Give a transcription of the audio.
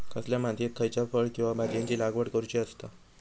कसल्या मातीयेत खयच्या फळ किंवा भाजीयेंची लागवड करुची असता?